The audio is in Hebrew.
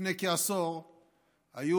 היו